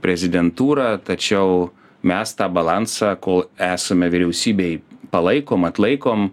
prezidentūra tačiau mes tą balansą kol esame vyriausybėj palaikom atlaikom